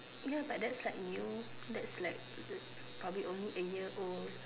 ya but that's like new that's like the probably almost a year old